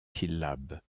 syllabes